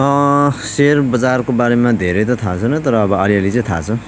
share बजारको बारेमा धेरै त थाहा छैन तर अब अलिअलि चाहिँ थाहा छ